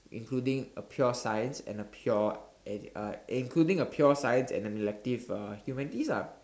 including a pure science and a pure and uh including a pure science and an elective uh humanities ah